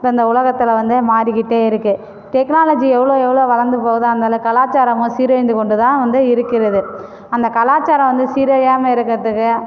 இப்போ இந்த உலகத்தில் வந்து மாறி கிட்டே இருக்கு டெக்னாலஜி எவ்வளோ எவ்வளோ வளர்ந்து போதோ அந்த கலாச்சாரமும் சீரழிந்து கொண்டுதான் வந்து இருக்கிறது அந்த கலாச்சாரம் வந்து சீரழியாமல் இருக்கறதுக்கு